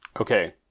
Okay